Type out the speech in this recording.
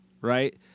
right